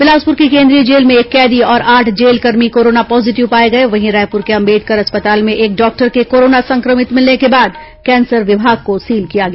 बिलासपुर के केंद्रीय जेल में एक कैदी और आठ जेलकर्मी कोरोना पॉजीटिव पाए गए वहीं रायपुर के अंबेडकर अस्पताल में एक डॉक्टर के कोरोना संक्रमित मिलने के बाद कैंसर विभाग को सील किया गया